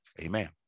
Amen